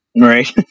right